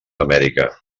amèrica